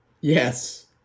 Yes